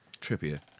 Trippier